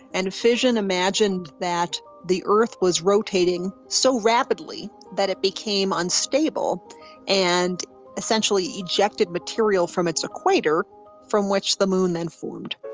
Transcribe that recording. and fission imagined that the earth was rotating so rapidly that it became unstable and essentially ejected materials from its equator from which the moon then formed.